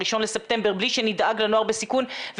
ה-1 בספטמבר בלי שנדאג לנוער בסיכון,